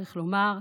צריך לומר,